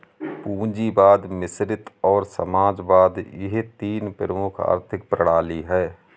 पूंजीवाद मिश्रित और समाजवाद यह तीन प्रमुख आर्थिक प्रणाली है